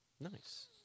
Nice